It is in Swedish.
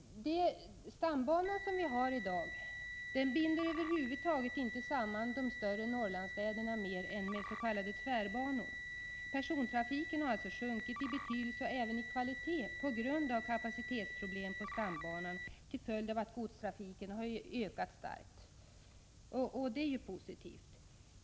Den stambana som vi har i dag binder inte samman de större Norrlandsstäderna mer än med s.k. tvärbanor. Persontrafiken har minskat i betydelse och även i kvalitet på grund av kapacitetsproblem på stambanan till följd av att godstrafiken har ökat starkt — och det sistnämnda är ju positivt.